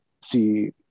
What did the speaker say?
see